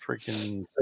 freaking